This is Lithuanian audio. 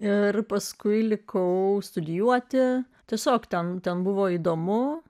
ir paskui likau studijuoti tiesiog ten ten buvo įdomu